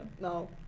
No